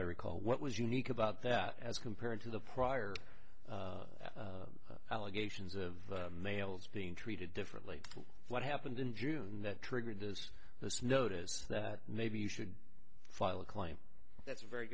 i recall what was unique about that as compared to the prior allegations of males being treated differently what happened in june that triggered this this notice that maybe you should file a claim that's a very